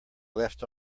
left